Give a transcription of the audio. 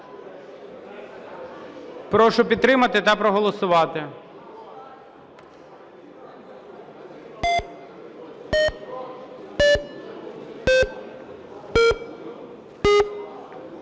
Прошу підтримати та проголосувати.